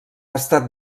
estat